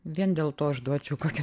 vien dėl to aš duočiau kokį